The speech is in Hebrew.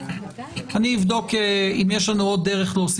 מאז פגישתנו האחרונה שונו נהלי ההגעה לחדרי הוועדות